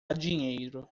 dinheiro